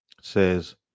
Says